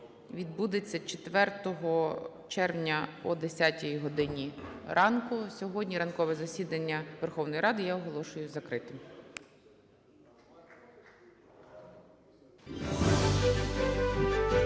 відбудеться 4 червня о 10 годині ранку. Сьогодні ранкове засідання Верховної Ради я оголошую закритим.